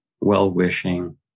well-wishing